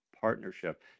partnership